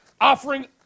Offering